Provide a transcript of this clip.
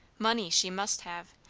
money she must have,